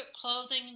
clothing